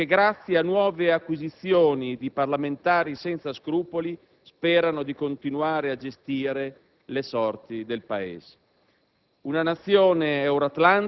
pur di restare a galla e che, grazie a nuove acquisizioni di parlamentari senza scrupoli, sperano di continuare a gestire le sorti del Paese.